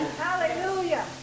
Hallelujah